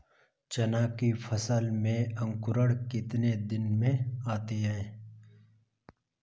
चना की फसल में अंकुरण कितने दिन में आते हैं?